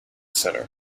center